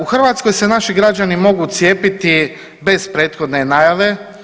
U Hrvatskoj se naši građani mogu cijepiti bez prethodne najave.